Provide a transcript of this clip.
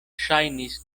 ŝajnis